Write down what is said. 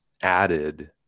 added